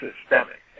systemic